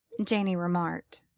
janey remarked,